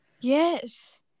Yes